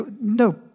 no